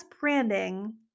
Branding